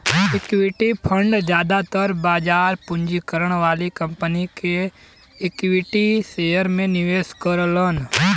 equity fund जादातर बाजार पूंजीकरण वाली कंपनी के इक्विटी शेयर में निवेश करलन